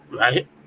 right